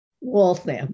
Waltham